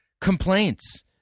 complaints